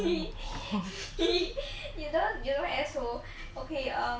!aiya! 你不要叫我选这种东西 lah 你明知道人生都不可能选这种东西的